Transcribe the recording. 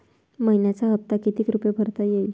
मइन्याचा हप्ता कितीक रुपये भरता येईल?